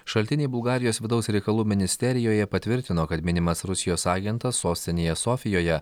šaltinį bulgarijos vidaus reikalų ministerijoje patvirtino kad minimas rusijos agentas sostinėje sofijoje